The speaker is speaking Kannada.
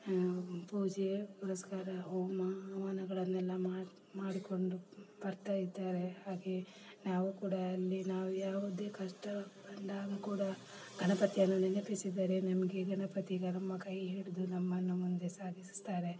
ಪೂಜೆ ಪುರಸ್ಕಾರ ಹೋಮ ಹವನಗಳನ್ನೆಲ್ಲ ಮಾಡಿ ಮಾಡಿಕೊಂಡು ಬರ್ತಾ ಇದ್ದಾರೆ ಹಾಗೆ ನಾವು ಕೂಡ ಅಲ್ಲಿನ ಯಾವುದೇ ಕಷ್ಟ ಬಂದಾಗ ಕೂಡ ಗಣಪತಿಯನ್ನು ನೆನಪಿಸಿದರೆ ನಮಗೆ ಗಣಪತಿ ನಮ್ಮ ಕೈ ಹಿಡಿದು ನಮ್ಮನ್ನು ಮುಂದೆ ಸಾಗಿಸ್ತಾರೆ